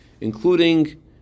including